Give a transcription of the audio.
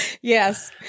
Yes